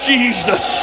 Jesus